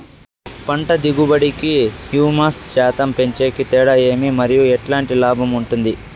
పంట దిగుబడి కి, హ్యూమస్ శాతం పెంచేకి తేడా ఏమి? మరియు ఎట్లాంటి లాభం ఉంటుంది?